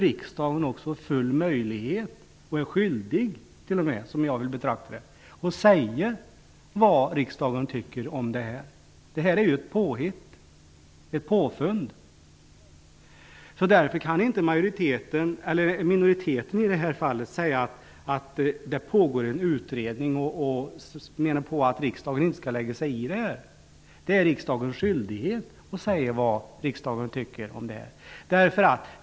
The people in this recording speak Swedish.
Riksdagen har därför full möjlighet och är dessutom skyldig, som jag ser det, att säga vad riksdagen tycker om detta. Detta är ju ett påfund. Minoriteten kan därför i det här fallet inte säga att det pågår en utredning och påstå att riksdagen inte skall lägga sig i det. Det är ju riksdagens skyldighet att säga vad riksdagen tycker om detta.